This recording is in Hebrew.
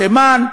תימן,